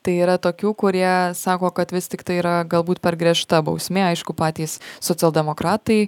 tai yra tokių kurie sako kad vis tiktai yra galbūt per griežta bausmė aišku patys socialdemokratai